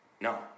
No